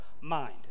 mind